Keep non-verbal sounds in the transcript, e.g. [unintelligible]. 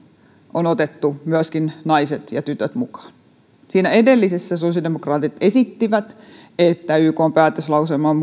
on ottanut myöskin naiset ja tytöt mukaan siinä edellisessä sosiaalidemokraatit esittivät että ykn päätöslauselman [unintelligible]